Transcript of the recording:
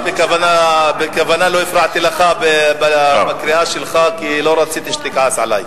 אני בכוונה לא הפרעתי לך בקריאה שלך כי לא רציתי שתכעס עלי.